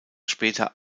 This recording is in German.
später